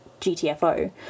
GTFO